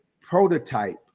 prototype